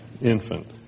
infant